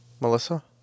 Melissa